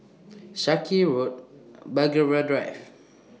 Sarkies Road Belgravia Drive